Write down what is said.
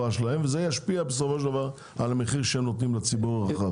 שלהם וזה ישפיע בסופו של דבר על המחיר שהם נותנים לציבור הרחב.